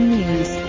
News